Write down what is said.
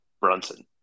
Brunson